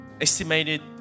estimated